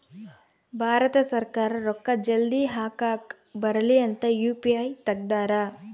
ಭಾರತ ಸರ್ಕಾರ ರೂಕ್ಕ ಜಲ್ದೀ ಹಾಕಕ್ ಬರಲಿ ಅಂತ ಯು.ಪಿ.ಐ ತೆಗ್ದಾರ